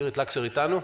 איריס לקסר, את אתנו?